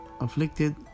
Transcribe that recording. afflicted